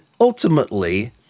ultimately